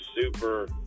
super